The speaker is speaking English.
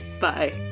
Bye